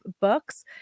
books